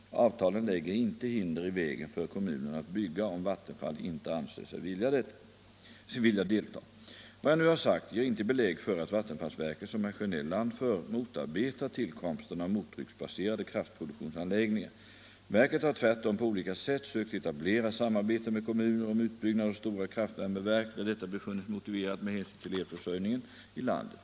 Avtalen lägger inte hinder i vägen för kom munerna att bygga, om Vattenfall inte anser sig vilja delta. Nr 92 Vad jag nu har sagt ger inte belägg för att vattenfallsverket, som herr Tisdagen den Sjönell anför, motarbetar tillkomsten av mottrycksbaserade kraftproduk 27 maj 1975 tionsanläggningar. Verket har tvärtom på olika sätt sökt etablera samarbete med kommuner om utbyggnad av stora kraftvärmeverk där detta — Energihushållbefunnits motiverat med hänsyn till elförsörjningen i landet.